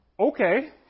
Okay